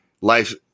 life